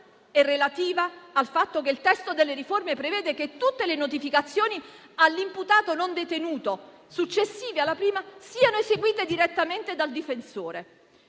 è relativa al fatto che il testo delle riforme prevede che tutte le notificazioni all'imputato non detenuto successive alla prima siano eseguite direttamente dal difensore.